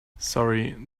sorry